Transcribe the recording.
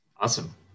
Awesome